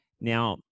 Now